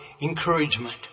encouragement